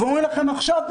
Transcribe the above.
ואומרים לכם עכשיו,